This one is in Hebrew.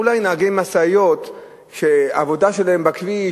אולי נהגי משאיות שהעבודה שלהם בכביש,